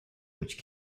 which